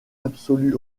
absolue